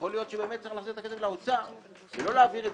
יכול להיות שצריך להחזיר את הכסף לאוצר,